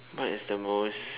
what is the most